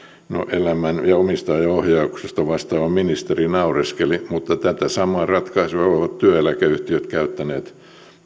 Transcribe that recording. elinkeinoelämästä ja omistajaohjauksesta vastaava ministeri naureskeli mutta tätä samaa ratkaisua ovat ovat työeläkeyhtiöt käyttäneet